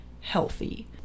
healthy